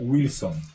Wilson